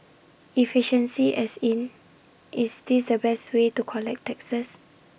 efficiency as in is this the best way to collect taxes